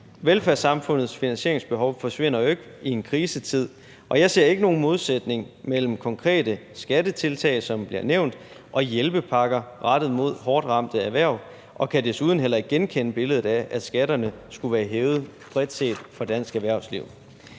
Velfærdssamfundets finansieringsbehov forsvinder jo ikke i en krisetid, og jeg ser ikke nogen modsætning mellem konkrete skattetiltag, som bliver nævnt, og hjælpepakker rettet mod hårdtramte erhverv, og jeg kan desuden heller ikke genkende billedet af, at skatterne skulle være blevet hævet bredt set for dansk erhvervsliv.